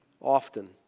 Often